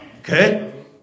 Okay